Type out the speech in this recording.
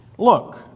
Look